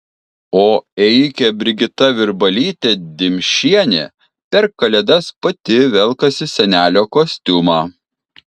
o ėjikė brigita virbalytė dimšienė per kalėdas pati velkasi senelio kostiumą